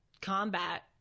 combat